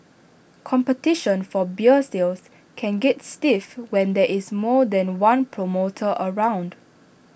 competition for beer sales can get stiff when there is more than one promoter around